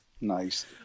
Nice